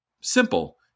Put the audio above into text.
Simple